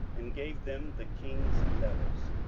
and gave them the king's letters.